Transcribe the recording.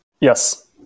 Yes